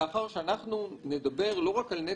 שהוא נושא שאני מיד אגיע אליו ואני מראש מברך עליו,